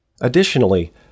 Additionally